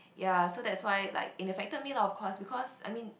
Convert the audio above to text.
ya so that's why like it affected me lah of course because I mean